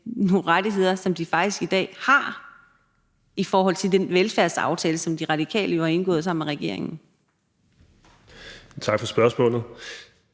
nogle rettigheder, som de i dag faktisk har, i den velfærdsaftale, som De Radikale jo har indgået sammen med regeringen. Kl.